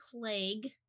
plague